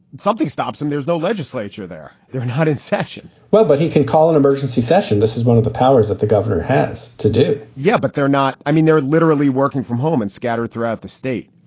something stops and there's no legislature there. they're not in session well, but he can call an emergency session. this is one of the powers that the governor has to do yeah, but they're not i mean, they're literally working from home and scattered throughout the state.